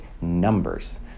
numbers